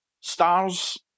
stars